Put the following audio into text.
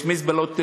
יש מזבלות פיראטיות.